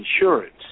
insurance